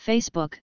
Facebook